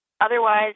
Otherwise